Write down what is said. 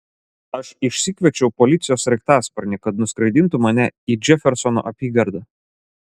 aš išsikviečiau policijos sraigtasparnį kad nuskraidintų mane į džefersono apygardą